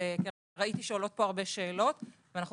כי ראיתי שעולות פה הרבה שאלות ואנחנו